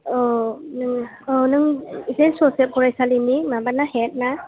औ नों अ नों सेन जसेब फरायसालिनि माबाना हेदना